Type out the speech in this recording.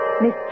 Miss